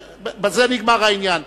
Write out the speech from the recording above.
בזה נגמר העניין.